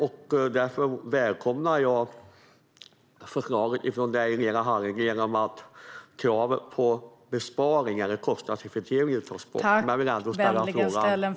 Jag välkomnar därför förslaget från dig, Lena Hallengren, om att kravet på besparingar och kostnadseffektivisering ska tas bort. Men jag vill ändå ställa en fråga: Varför just nu?